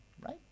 right